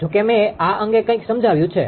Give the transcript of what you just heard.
જોકે મેં આ અંગે કંઈક સમજાવ્યું છે